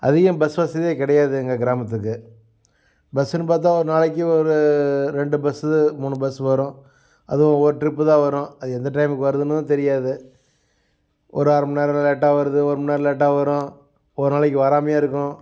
அதிகம் பஸ் வசதியே கிடையாது எங்கள் கிராமத்துக்கு பஸ்ஸுன்னு பார்த்தா ஒரு நாளைக்கு ஒரு ரெண்டு பஸ்ஸு மூணு பஸ்ஸு வரும் அதுவும் ஒரு ட்ரிப்பு தான் வரும் அது எந்த டைமுக்கு வருதுன்னும் தெரியாது ஒரு அரைமண்நேரம் லேட்டாக வருது ஒருமணிநேரம் லேட்டாக வரும் ஒரு நாளைக்கு வராமையே இருக்கும்